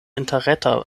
interreta